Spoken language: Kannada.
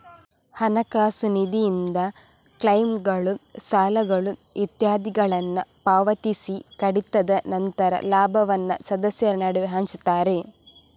ಹಣಕಾಸು ನಿಧಿಯಿಂದ ಕ್ಲೈಮ್ಗಳು, ಸಾಲಗಳು ಇತ್ಯಾದಿಗಳನ್ನ ಪಾವತಿಸಿ ಕಡಿತದ ನಂತರ ಲಾಭವನ್ನ ಸದಸ್ಯರ ನಡುವೆ ಹಂಚ್ತಾರೆ